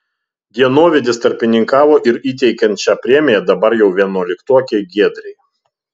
dienovidis tarpininkavo ir įteikiant šią premiją dabar jau vienuoliktokei giedrei